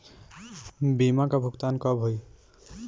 बीमा का भुगतान कब होइ?